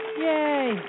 Yay